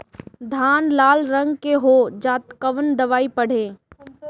धान लाल रंग के हो जाता कवन दवाई पढ़े?